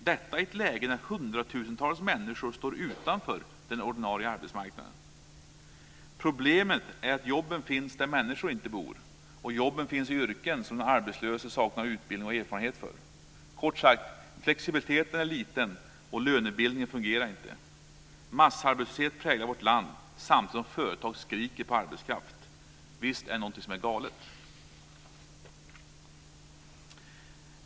Detta i ett läge när hundratusentals människor står utanför den ordinarie arbetsmarknaden. Problemet är att jobben finns där människor inte bor, och jobben finns i yrken som den arbetslöse saknar utbildning och erfarenhet för. Kort sagt, flexibiliteten är liten och lönebildningen fungerar inte. Massarbetslöshet präglar vårt land samtidigt som företag skriker på arbetskraft. Visst är det någonting som är galet?